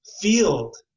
field